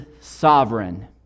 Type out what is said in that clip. sovereign